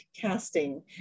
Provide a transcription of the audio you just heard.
casting